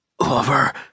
Lover